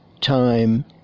time